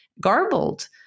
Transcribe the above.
garbled